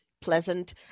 pleasant